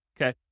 okay